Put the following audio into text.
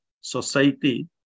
society